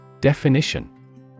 Definition